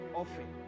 often